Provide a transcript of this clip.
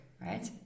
right